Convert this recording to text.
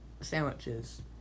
sandwiches